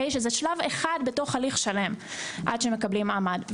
שהיא שלב אחד בתוך הליך שלם עד שמקבלים מעמד.